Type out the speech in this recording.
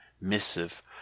missive